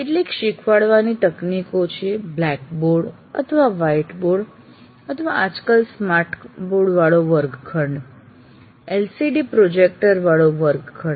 કેટલીક શીખવાડવાની તકનીકો છે બ્લેકબોર્ડ અથવા વ્હાઇટ બોર્ડ અથવા આજકાલ સ્માર્ટ બોર્ડ વાળો વર્ગખંડ LCD પ્રોજેક્ટર વાળો વર્ગખંડ